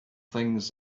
things